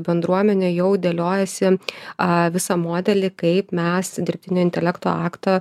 bendruomenė jau dėliojasi a visą modelį kaip mes dirbtinio intelekto akto